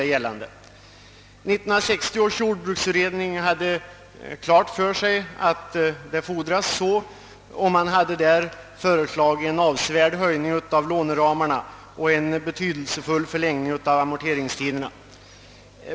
1960 års jordbruksutredning hade föreslagit en avsevärd höjning av låneramarna och en betydelsefull förlängning av amorteringstiderna.